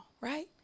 right